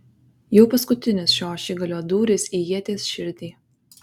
jau paskutinis šio ašigalio dūris į ieties širdį